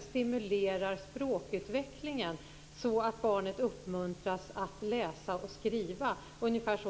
stimulerar språkutvecklingen så att barnet uppmuntras att läsa och skriva,